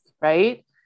Right